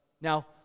Now